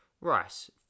rice